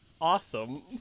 awesome